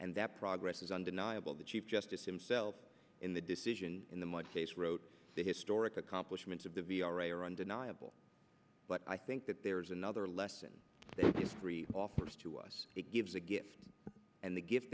and that progress is undeniable the chief justice himself in the decision in the my case wrote the historic accomplishments of the v r a are undeniable but i think that there is another lesson three offers to us it gives a gift and the gift